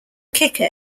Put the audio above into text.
kicker